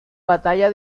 batalla